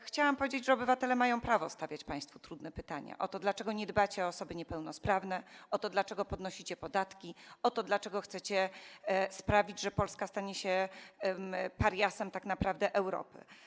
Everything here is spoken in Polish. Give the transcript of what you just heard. Chcę powiedzieć, że obywatele mają prawo stawiać państwu trudne pytania: o to, dlaczego nie dbacie o osoby niepełnosprawne, o to, dlaczego podnosicie podatki, o to, dlaczego chcecie sprawić, żeby Polska stała się pariasem tak naprawdę Europy.